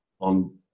on